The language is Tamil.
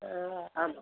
ஆ ஆமாம்